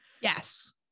yes